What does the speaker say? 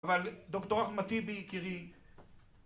אבל דוקטור אחמד טיבי יקירי